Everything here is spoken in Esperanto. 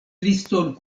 liston